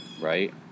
right